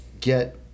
get